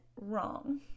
wrong